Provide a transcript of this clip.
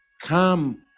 Come